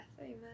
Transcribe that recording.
Amen